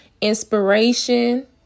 Inspiration